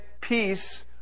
peace